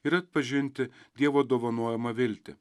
ir atpažinti dievo dovanojamą viltį